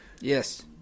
yes